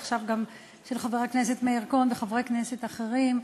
עכשיו גם של חבר הכנסת מאיר כהן וחברי כנסת אחרים,